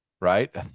right